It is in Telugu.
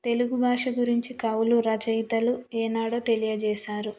తెలుగు భాష గురించి కవులు రచయితలు ఏనాడో తెలియజేసారు